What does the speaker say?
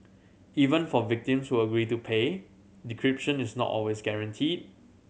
even for victims who agree to pay decryption is not always guaranteed